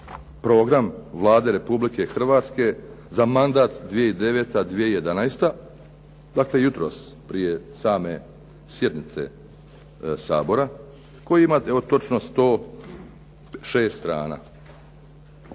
program Vlade Republike Hrvatske za mandat 2009./2011. dakle, jutros prije same sjednice Sabora koji ima evo točno 106 strana,